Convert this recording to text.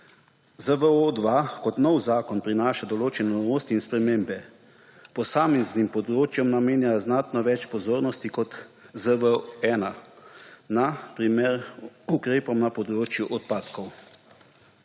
ZVO-2 kot novi zakon prinaša določene novosti in spremembe. Posameznim področjem namenja znatno več pozornosti kot ZVO-1, na primer ukrepom na področju odpadkov.